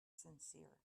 sincere